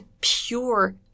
pure